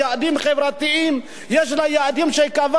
יש לה יעדים שהיא קבעה לצמצום פערים חברתיים,